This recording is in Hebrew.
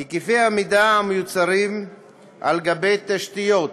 היקפי המידע המיוצרים על גבי תשתיות